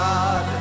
God